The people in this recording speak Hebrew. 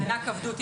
זה מענק עבדות,